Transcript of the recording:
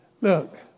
Look